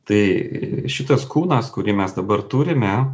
tai šitas kūnas kurį mes dabar turime